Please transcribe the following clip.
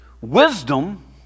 Wisdom